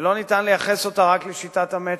ולא ניתן לייחס אותה רק לשיטת ה"מצ'ינג".